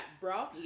bro